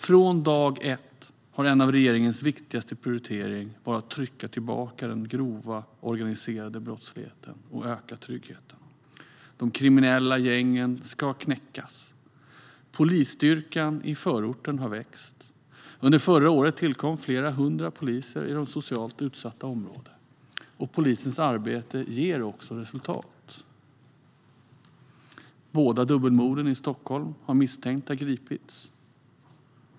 Från dag ett har en av regeringens viktigaste prioriteringar varit att trycka tillbaka den grova organiserade brottligheten och öka tryggheten. De kriminella gängen ska knäckas. Polisstyrkan i förorten har vuxit. Under förra året tillkom flera hundra poliser i de socialt utsatta områdena, och polisens arbete ger också resultat. För båda dubbelmorden i Stockholm har misstänkta gripits.